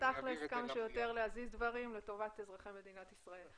תכלס וכמה שיותר להזיז דברים לטובת אזרחי מדינת ישראל.